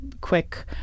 quick